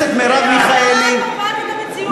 חברת הכנסת מרב מיכאלי, שפה קובעת את המציאות.